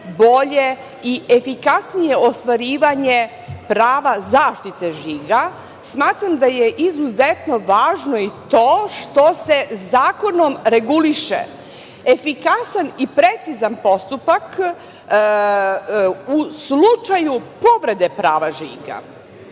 bolje i efikasnije ostvarivanje prava zaštite žiga, smatram da je izuzetno važno i to što se zakonom reguliše efikasan i precizan postupak u slučaju povrede prava